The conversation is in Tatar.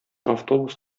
автобус